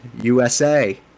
USA